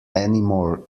anymore